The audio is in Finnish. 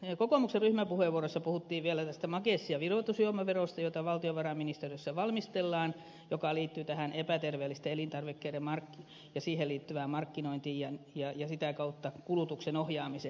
sitten kokoomuksen ryhmäpuheenvuorossa puhuttiin vielä tästä makeis ja virvoitusjuomaverosta jota valtiovarainministeriössä valmistellaan joka liittyy epäterveellisiin elintarvikkeisiin ja niihin liittyvään markkinointiin ja sitä kautta kulutuksen ohjaamiseen